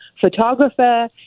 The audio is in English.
photographer